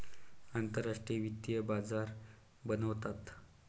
आंतरराष्ट्रीय वित्तीय बाजार बनवतात